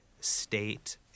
state